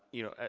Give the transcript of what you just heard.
you know,